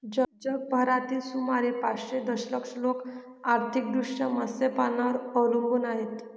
जगभरातील सुमारे पाचशे दशलक्ष लोक आर्थिकदृष्ट्या मत्स्यपालनावर अवलंबून आहेत